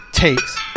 takes